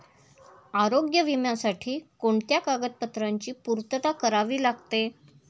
आरोग्य विम्यासाठी कोणत्या कागदपत्रांची पूर्तता करावी लागते?